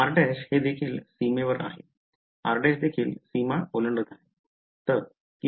r हे देखील सीमेवर आहे r' देखील सीमा ओलांडत आहे